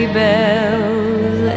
bells